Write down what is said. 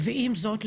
ועם זאת,